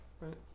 Right